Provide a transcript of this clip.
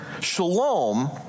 Shalom